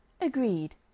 Agreed